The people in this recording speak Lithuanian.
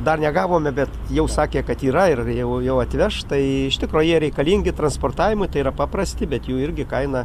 dar negavome bet jau sakė kad yra ir jau jau atveš tai iš tikro jie reikalingi transportavimui tai yra paprasti bet jų irgi kaina